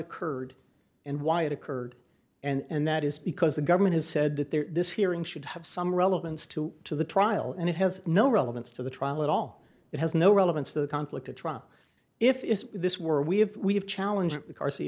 occurred and why it occurred and that is because the government has said that there this hearing should have some relevance to to the trial and it has no relevance to the trial at all it has no relevance to the conflict at trial if it is this were we have we have challenges car